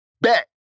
Bet